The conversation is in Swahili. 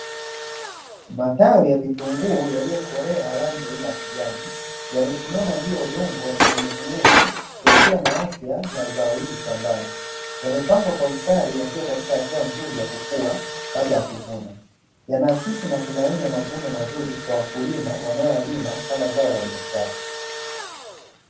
Matawi ya vitunguu yaliyokolea rangi ya aina ya kijani yamesimama juu ya udongo wenye unyevunyevu, yakiwa na afya ya zao hili shambani yamepangwa kwa mstari yakiwa katika hatua nzuri ya kukua, kabla ya kuvunwa yanaakisi matumaini ya mavuno mazuri kwa wakulima wanaoyalima kama zao la biashara.